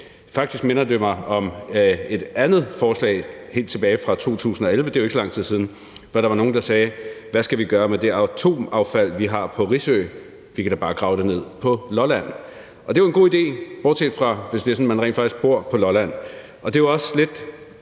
Faktisk minder det mig om et andet forslag helt tilbage fra 2011 – det er jo ikke så lang tid siden – hvor der var nogle, der spurgte: Hvad skal vi gøre med det atomaffald, vi har på Risø? Vi kan da bare grave det ned på Lolland. Det er en god idé, bortset fra hvis det rent faktisk er sådan, at man bor på Lolland. Det er også lidt